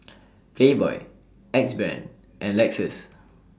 Playboy Axe Brand and Lexus